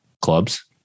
clubs